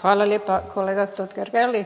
Hvala lijepa kolega Totgergeli.